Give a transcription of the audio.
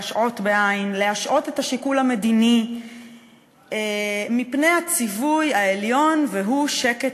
להשעות את השיקול המדיני מפני הציווי העליון והוא: שקט,